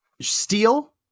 steel